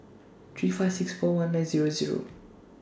three five six four one nine Zero Zero